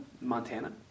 Montana